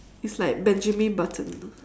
it's like benjamin button